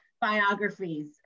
biographies